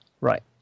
right